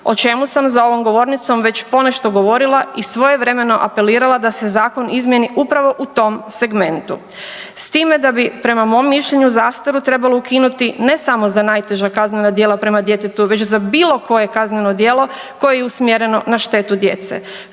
o čemu sam za ovom govornicom već ponešto govorila i svojevremeno apelirala da se zakon izmjeni upravo u tom segmentu s time da bi prema mom mišljenju zastaru trebalo ukinuti ne samo za najteža kaznena djela prema djetetu već za bilo koje kazneno djelo koje je usmjereno na štetu djece